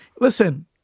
listen